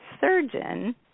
surgeon